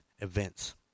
events